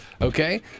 Okay